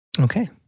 Okay